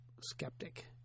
skeptic